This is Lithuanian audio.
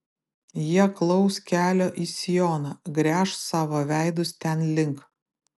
jie klaus kelio į sioną gręš savo veidus ten link